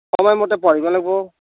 সময়মতে পঢ়িব লাগিব